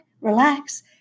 relax